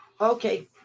Okay